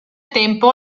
tempo